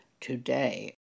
today